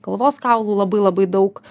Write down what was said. galvos kaulų labai labai daug